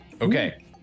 Okay